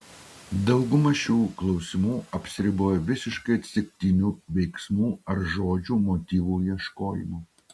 dauguma šių klausimų apsiriboja visiškai atsitiktinių veiksmų ar žodžių motyvų ieškojimu